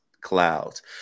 Clouds